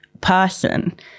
person